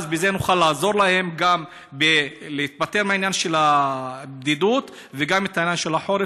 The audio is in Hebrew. בזה נוכל לעזור להם גם בעניין הבדידות וגם בעניין החורף.